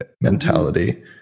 mentality